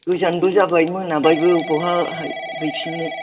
गोजानबो जाबाय मोनाबायबो बहाथो हैफिननो